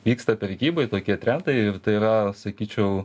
vyksta prekyboj tokie trendai ir tai yra sakyčiau